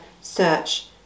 search